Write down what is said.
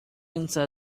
inside